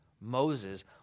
Moses